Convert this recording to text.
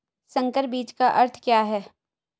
संकर बीज का अर्थ क्या है?